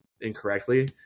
incorrectly